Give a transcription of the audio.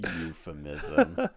euphemism